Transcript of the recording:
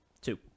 Two